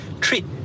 treat